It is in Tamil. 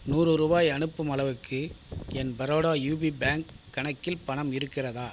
நூறு ரூபாய் அனுப்பும் அளவுக்கு என் பரோடா யூபி பேங்க் கணக்கில் பணம் இருக்கிறதா